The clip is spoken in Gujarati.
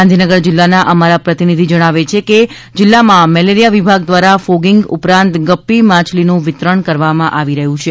ગાંધીનગર જિલ્લાના અમારા પ્રતિનિધિ જણાવે છે કે જિલ્લામાં મેલેરિયા વિભાગ દ્વારા ફોગીંગ ઉપરાંત ગપ્પી માછલીનું વિતરણ કરવામાં આવી રહ્યું છે